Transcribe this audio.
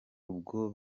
ubwo